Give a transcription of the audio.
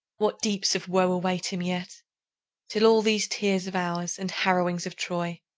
what deeps of woe await him yet till all these tears of ours and harrowings of troy,